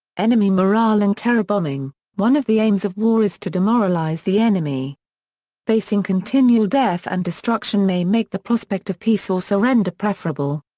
enemy morale and terror bombing one of the aims of war is to demoralise the enemy facing continual death and destruction may make the prospect of peace or surrender preferable.